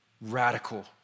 radical